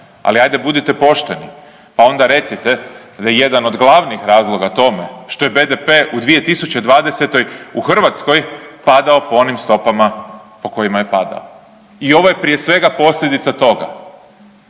ali ajde budite pošteni pa onda recite da je jedan od glavnih razloga tome što je BDP u 2020. u Hrvatskoj padao po onim stopama po kojima je padao. I ovo je prije svega posljedica toga.